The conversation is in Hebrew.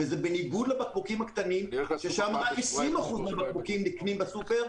זה בניגוד לבקבוקים הקטנים שרק 20% מהם נקנים בסופרמרקט,